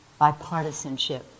bipartisanship